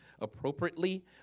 appropriately